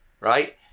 right